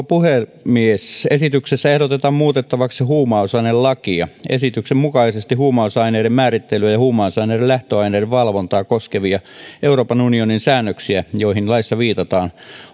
puhemies esityksessä ehdotetaan muutettavaksi huumausainelakia esityksen mukaisesti huumausaineiden määrittelyä ja huumausaineiden lähtöaineiden valvontaa koskevia euroopan unionin säännöksiä joihin laissa viitataan